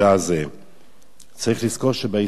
צריך לזכור שבהיסטוריה, אדוני היושב-ראש,